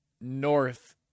north